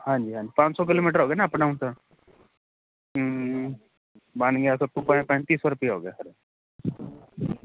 ਹਾਂਜੀ ਹਾਂਜੀ ਪੰਜ ਸੌ ਕਿਲੋਮੀਟਰ ਹੋ ਗਏ ਨਾ ਅੱਪ ਡਾਊਨ ਸਰ ਹੂੰ ਬਣ ਗਿਆ ਸੱਤੂ ਪੰਜਾ ਪੈਂਤੀ ਸੌ ਰੁਪਈਆ ਹੋ ਗਿਆ ਸਰ